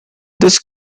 these